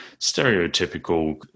stereotypical